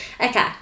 Okay